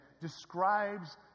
describes